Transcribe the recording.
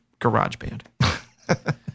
GarageBand